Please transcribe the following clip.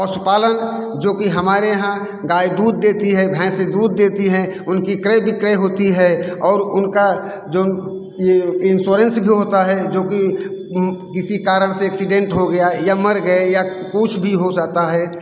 पशुपालन जो कि हमारे यहाँ गाय दूध देती है भैंसे दूध देती हैं उनकी क्रय विक्रय होती है और उनका जो अ ये इंसोरेंस भी होता है जो कि किसी कारण से एक्सीडेंट हो गया या मर गए या कुछ भी हो ज़ाता है